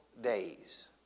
days